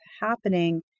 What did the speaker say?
happening